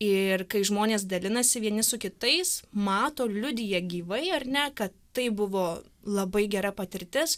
ir kai žmonės dalinasi vieni su kitais mato liudija gyvai ar ne kad tai buvo labai gera patirtis